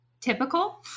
typical